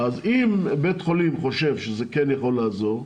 אז אם בית חולים חושב שזה כן יכול לעזור,